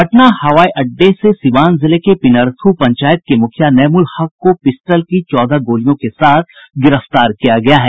पटना हवाई अड्डे से सीवान जिले के पिनरथु पंचायत के मुखिया नैमुल हक को पिस्टल की चौदह गोलियों के साथ गिरफ्तार किया गया है